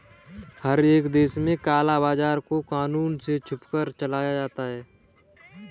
हर एक देश में काला बाजार को कानून से छुपकर चलाया जाता है